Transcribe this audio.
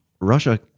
Russia